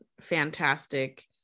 fantastic